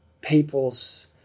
people's